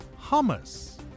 hummus